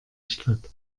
statt